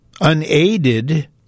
unaided